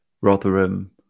Rotherham